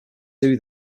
sue